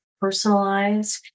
personalized